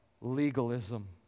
legalism